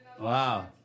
Wow